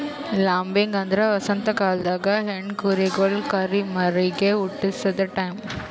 lambing ಅಂದ್ರ ವಸಂತ ಕಾಲ್ದಾಗ ಹೆಣ್ಣ ಕುರಿಗೊಳ್ ಕುರಿಮರಿಗ್ ಹುಟಸದು ಟೈಂ